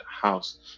house